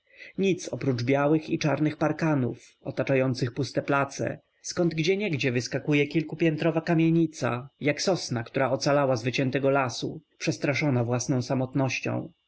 nic oprócz białych i czarnych parkanów otaczających puste place zkąd gdzieniegdzie wyskakuje kilkupiętrowa kamienica jak sosna która ocalała z wyciętego lasu przestraszona własną samotnością